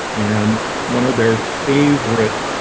and one of their favorite